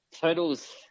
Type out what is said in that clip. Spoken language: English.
Totals